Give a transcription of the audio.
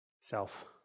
Self